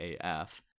af